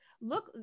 look